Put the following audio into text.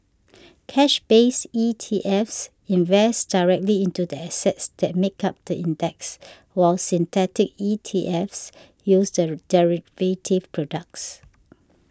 cash based ETFs invest directly into the assets that make up the index while synthetic ETFs use the day derivative products